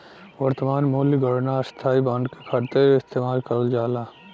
वर्तमान मूल्य गणना स्थायी बांड के खातिर इस्तेमाल करल जाला